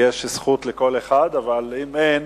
יש זכות לכל אחד, אבל אם אין,